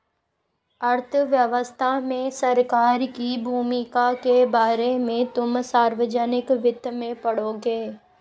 अर्थव्यवस्था में सरकार की भूमिका के बारे में तुम सार्वजनिक वित्त में पढ़ोगे